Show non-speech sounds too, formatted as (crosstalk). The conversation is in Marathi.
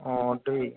(unintelligible)